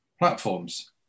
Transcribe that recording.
platforms